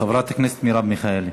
חברת הכנסת מרב מיכאלי.